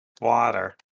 water